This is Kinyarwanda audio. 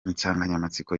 insanganyamatsiko